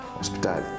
hospital